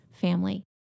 family